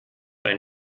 ein